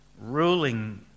ruling